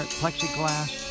plexiglass